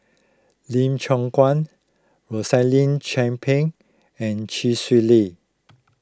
Lee Choon Guan Rosaline Chan Pang and Chee Swee Lee